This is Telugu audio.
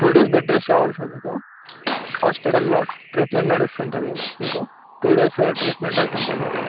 టూ డేస్ బెడ్ రెస్ట్ కావాలి సార్ మీకు హాస్పిటల్లో ట్రీట్మెంట్ నడుస్తూ ఉంటుంది మీకు టూ డేస్ ట్రీట్మెంటు అవుతూ ఉంటుంది